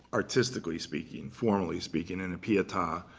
artistically speaking, formally speaking, in a pieta,